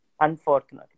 unfortunately